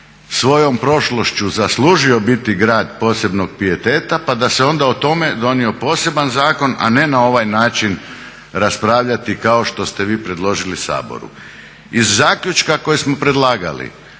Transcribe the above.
svojom prošlošću zaslužio biti grad posebnog pijeteta pa da se onda o tome donio poseban zakon, a ne na ovaj način raspravljati kao što ste vi predložili Saboru. Iz zaključka koje smo predlagali